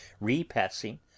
repassing